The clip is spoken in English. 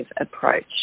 approach